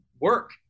work